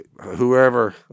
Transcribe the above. whoever